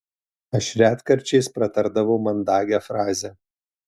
aš retkarčiais pratardavau mandagią frazę